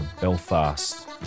Belfast